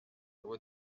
loi